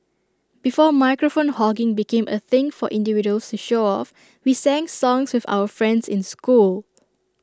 before microphone hogging became A thing for individuals to show off we sang songs with our friends in school